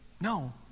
No